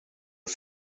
att